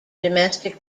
domestic